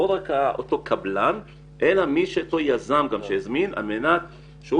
לא רק אותו קבלן אלא מי שאותו יזם הזמין על מנת שהוא